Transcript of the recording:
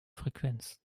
frequenz